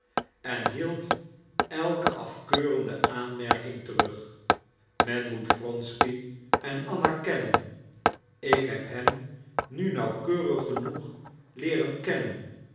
en hield elke afkeurende aanmerking terug men moet wronsky en anna kennen ik heb hen nu nauwkeurig genoeg leeren kennen